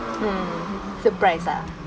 mm surprise ah